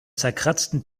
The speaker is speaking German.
zerkratzten